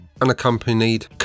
unaccompanied